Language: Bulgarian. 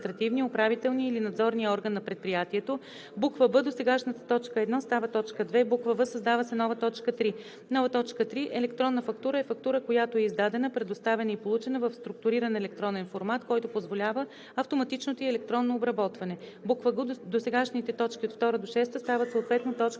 б) досегашната т. 1 става т. 2; в) създава се нова т. 3: „3. „Електронна фактура“ е фактура, която е издадена, предоставена и получена в структуриран електронен формат, който позволява автоматичното ѝ електронно обработване.“; г) досегашните т. 2 – 6 стават съответно т.